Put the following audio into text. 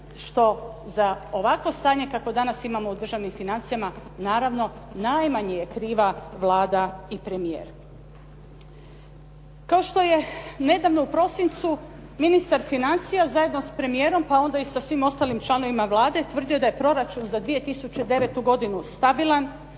što za ovakvo stanje kakvo danas imamo u državnim financijama, naravno, najmanje je kriva Vlada i premijer. Kao što je nedavno u prosincu ministar financija zajedno s premijerom, pa onda i sa svim ostalim članovima Vlade tvrdio da je Proračun za 2009. godinu stabilan,